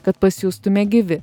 kad pasijustume gyvi